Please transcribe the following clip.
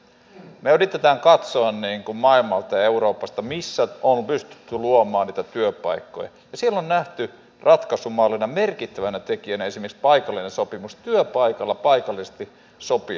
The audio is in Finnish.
me yritämme katsoa maailmalta ja euroopasta missä on pystytty luomaan niitä työpaikkoja ja siellä on nähty ratkaisumallina merkittävänä tekijänä esimerkiksi paikallinen sopimus työpaikalla paikallisesti sopien